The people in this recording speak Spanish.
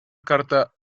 carta